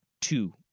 two